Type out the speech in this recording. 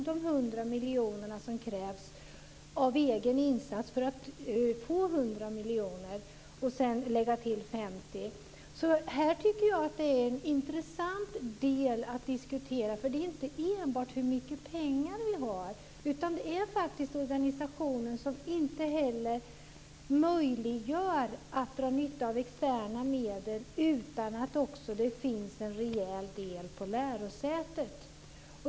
100 miljoner krävs som egen insats för att få 100 miljoner, och sedan får man lägga till 50 miljoner. Det här tycker jag är en intressant del att diskutera, men det handlar inte enbart om hur mycket pengar vi har utan faktiskt också om organisationen som inte heller möjliggör att dra nytta av externa medel utan att det också finns en rejäl del på lärosätet.